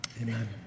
amen